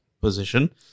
position